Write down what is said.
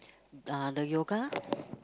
ah the yoga